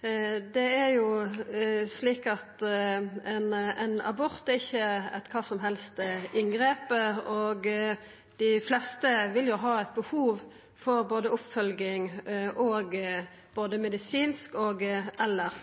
Ein abort er ikkje eit kva som helst slags inngrep. Dei fleste vil ha behov for oppfølging både medisinsk og elles.